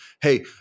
hey